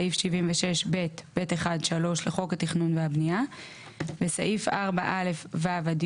סעיף 76ב(ב1)(3) לחוק התכנון והבנייה וסעיף 4א(ו) עד